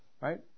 Right